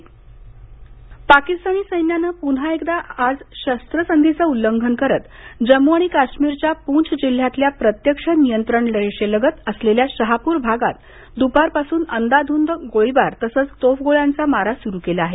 काश्मीर गोळीबार पाकिस्तानी सैन्यानं पुन्हा एकदा शस्त्रसंधीचं उल्लंघन करत जम्मू आणि काश्मीरच्या पूँछ जिल्ह्यातल्या प्रत्यक्ष नियंत्रण रेषेलगत असलेल्या शाहपूर भागात आज दुपारपासून अंदाधुंद गोळीबार तसंच तोफगोळ्यांचा मारा सुरू केला आहे